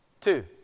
two